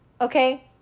okay